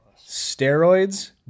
Steroids